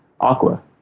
Aqua